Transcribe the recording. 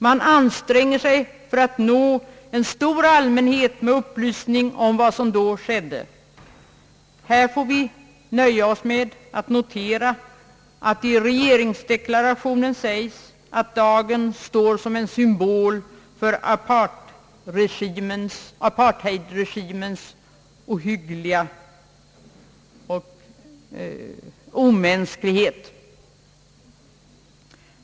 Man anstränger sig för att nå en stor allmänhet med upplysningar om vad som då skedde. Här får vi nöja oss med att notera att det i regeringsdeklarationen sägs att dagen står som en symbol för apartheidregimens omänsklighet.